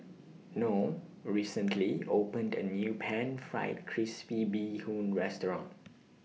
Noel recently opened A New Pan Fried Crispy Bee Hoon Restaurant